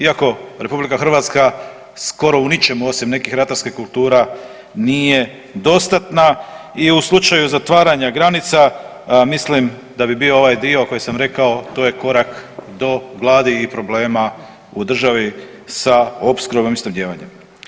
Iako RH skoro u ničemu osim nekih ratarskih kultura nije dostatna i u slučaju zatvaranja granica mislim da bi bio ovaj dio koji sam rekao to je korak do gladi i problema u državi sa opskrbom i snabdijevanjem.